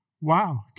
Wow